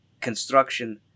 construction